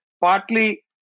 partly